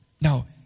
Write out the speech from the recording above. Now